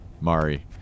Mari